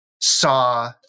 saw